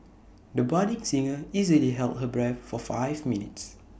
the budding singer easily held her breath for five minutes